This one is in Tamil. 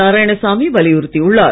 நாராயணசாமிவலியுறுத்திஉள்ளார்